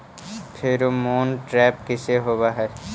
Pheromone trap कैसे होब हई?